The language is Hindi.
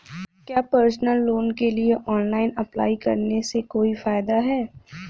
क्या पर्सनल लोन के लिए ऑनलाइन अप्लाई करने से कोई फायदा है?